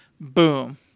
Boom